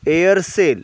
Aircel